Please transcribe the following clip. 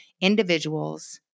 individuals